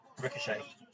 Ricochet